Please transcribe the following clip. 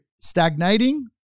stagnating